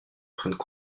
prennent